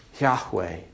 Yahweh